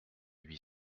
huit